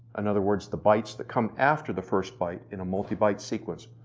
in other words the bytes that come after the first byte in a multibyte sequence,